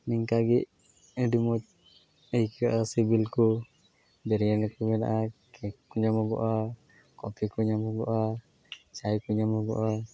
ᱱᱮᱝᱠᱟ ᱜᱮ ᱟᱹᱰᱤᱢᱚᱡᱽ ᱟᱹᱭᱠᱟᱹᱜᱼᱟ ᱥᱤᱵᱤᱞᱠᱚ ᱵᱤᱴᱤᱭᱟᱱᱤ ᱠᱚ ᱢᱮᱱᱟᱜᱼᱟ ᱠᱮᱠ ᱧᱟᱢᱚᱜᱚᱼᱟ ᱠᱚᱯᱷᱤ ᱠᱚ ᱧᱟᱢᱚᱜᱚᱜᱼᱟ ᱪᱟᱭᱠᱚ ᱧᱟᱢᱚᱜᱚᱜᱼᱟ